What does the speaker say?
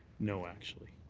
no, actually.